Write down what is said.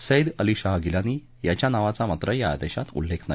Said Ali Shah Geelani यांच्या नावाचा मात्र या आदेशात उल्लेख नाही